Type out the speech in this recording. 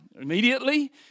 immediately